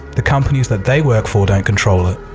the companies that they work for don't control it.